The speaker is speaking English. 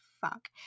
fuck